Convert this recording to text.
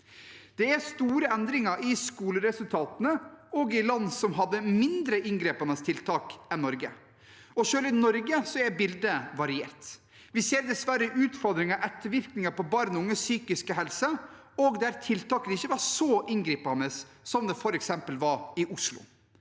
Det er store endringer i skoleresultatene også i land som hadde mindre inngripende tiltak enn Norge, og selv i Norge er bildet variert. Vi ser dessverre utfordringer og ettervirkninger for barn og unges psykiske helse også der tiltakene ikke var så inngripende som de f.eks. var i Oslo.